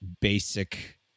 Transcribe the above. basic